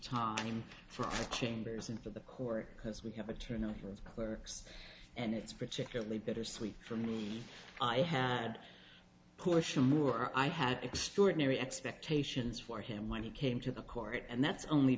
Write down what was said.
time for chambers and for the court because we have a turnover works and it's particularly bittersweet for me i had poor sure i had extraordinary expectations for him when he came to the court and that's only